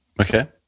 Okay